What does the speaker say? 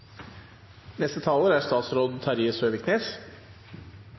Neste talar er